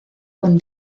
con